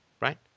right